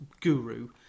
guru